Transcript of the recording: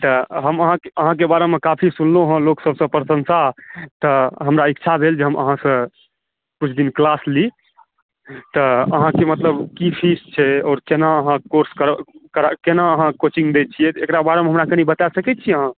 तऽ हम अहाँके अहाँके बारेमे काफ़ी सुनलहुँ हँ लोकसभसँ प्रशंसा तऽ हमरा इच्छा भेल जे हम अहाँसँ किछु दिन क्लास ली तऽ अहाँके मतलब की फ़ीस छै आओर कोना अहाँ कोर्स कराबै कोना अहाँ कोचिंग दै छिए एकरा बारेमे हमरा कनि बता सकै छी अहाँ